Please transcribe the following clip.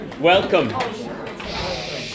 welcome